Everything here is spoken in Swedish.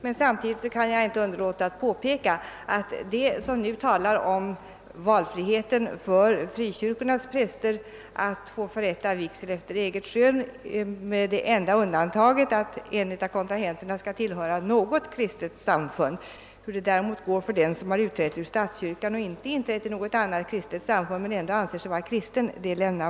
Men samtidigt kan jag inte underlåta att påpeka att de som nu talar om valfrihet för frikyrkornas präster att få förrätta vigsel efter eget skön, med det enda undantaget att en av kontrahenterna skall tillhöra något kristet samfund, lämnar därhän hur det skall gå för den som utträtt ur statskyrkan och inte inträtt i något annat kristet samfund men ändå anser sig vara kristen.